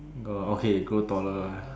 orh okay grow taller lah